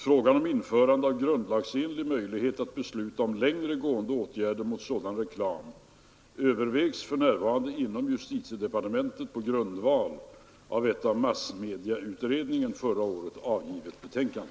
Frågan om införande av grundlagsenlig möjlighet att besluta om längre gående åtgärder mot sådan reklam övervägs för närvarande inom justitiedepartementet på grundval av ett av massmedieutredningen förra året avgivet betänkande.